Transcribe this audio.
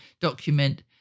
document